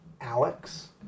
Alex